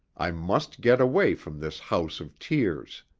i must get away from this house of tears.